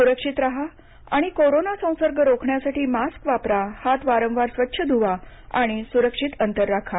सुरक्षित राहा आणि कोरोना संसर्ग रोखण्यासाठी मास्क वापरा हात वारंवार स्वच्छ धुवा आणि सुरक्षित अंतर राखा